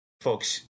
folks